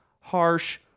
harsh